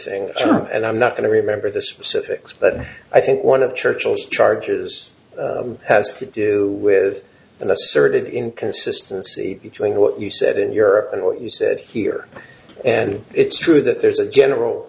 thing and i'm not going to remember the specifics but i think one of churchill's charges has to do with the asserted inconsistency between what you said in europe and what you said here and it's true that there's a general